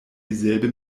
dieselbe